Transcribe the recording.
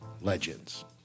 Legends